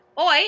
Oi